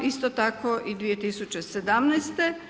Isto tako i 2017.